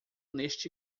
neste